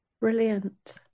Brilliant